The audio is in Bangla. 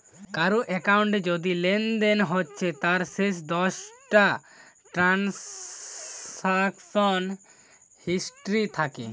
কারুর একাউন্টে যদি লেনদেন হচ্ছে তার শেষ দশটা ট্রানসাকশান হিস্ট্রি থাকে